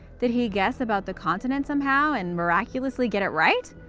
did he guess about the continent somehow and miraculously get it right?